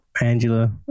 Angela